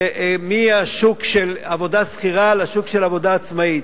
מהשוק של עבודה שכירה לשוק של עבודה עצמאית.